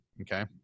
Okay